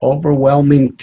Overwhelming